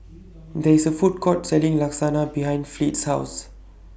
There IS A Food Court Selling Lasagna behind Fleet's House